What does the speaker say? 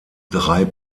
drei